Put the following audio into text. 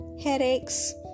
headaches